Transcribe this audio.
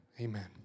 Amen